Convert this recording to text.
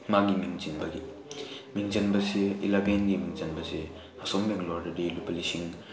ꯃꯥꯒꯤ ꯃꯤꯡ ꯆꯟꯕꯒꯤ ꯃꯤꯡ ꯆꯟꯕꯁꯦ ꯏꯂꯚꯦꯟꯒꯤ ꯃꯤꯡ ꯆꯟꯕꯁꯦ ꯑꯁꯣꯝ ꯕꯦꯡꯒ꯭ꯂꯣꯔꯗꯗꯤ ꯂꯨꯄꯥ ꯂꯤꯁꯤꯡ